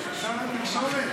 בושה, בושה.